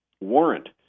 warrant